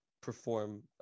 perform